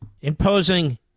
Imposing